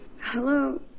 Hello